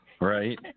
Right